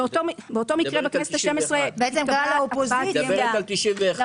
את מדברת על 1991. לא.